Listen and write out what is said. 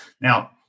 Now